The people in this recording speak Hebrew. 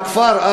הכפר,